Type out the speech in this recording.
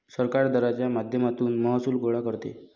सरकार दराच्या माध्यमातून महसूल गोळा करते